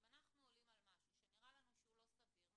אם אנחנו עולים על משהו שנראה לנו שהוא לא סביר,